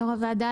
יו"ר הוועדה,